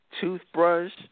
toothbrush